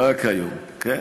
רק היום, כן.